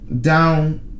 down